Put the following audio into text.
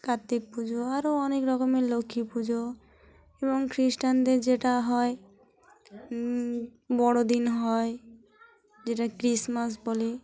কার্তিক পুজো আরও অনেক রকমের লক্ষ্মী পুজো এবং খ্রিস্টানদের যেটা হয় বড়োদিন হয় যেটা ক্রিসমাস বলে